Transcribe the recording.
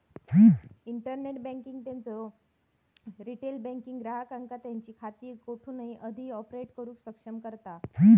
internet banking त्यांचो retail banking ग्राहकांका त्यांची खाती कोठूनही कधीही ऑपरेट करुक सक्षम करता